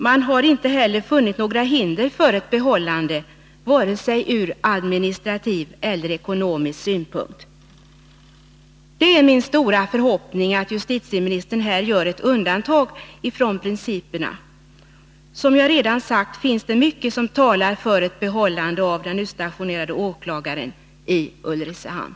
Man har inte heller funnit några hinder för ett behållande ur vare sig administrativ eller ekonomisk synpunkt. Det är min stora förhoppning att justitieministern här gör ett undantag från principerna. Som jag redan har sagt finns det mycket som talar för ett behållande av den utstationerade åklagaren i Ulricehamn.